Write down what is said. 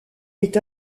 est